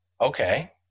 Okay